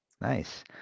Nice